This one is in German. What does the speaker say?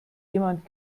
jemand